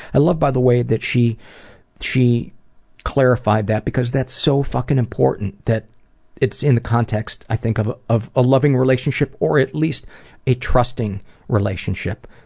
i love, by the way, that she she clarified that because that's so fucking important that it's in the context, i think, of of a loving relationship or at least a trusting relationship